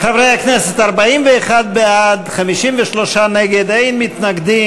חברי הכנסת, 41 בעד, 53 נגד ואין נמנעים.